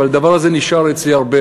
אבל הדבר הזה נשאר אצלי יותר.